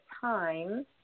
time